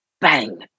bang